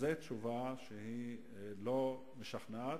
זו תשובה שהיא לא משכנעת,